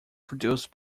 produced